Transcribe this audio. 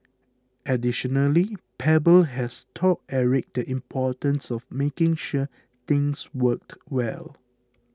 additionally Pebble has taught Eric the importance of making sure things worked well